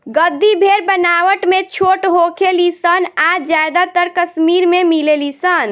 गद्दी भेड़ बनावट में छोट होखे ली सन आ ज्यादातर कश्मीर में मिलेली सन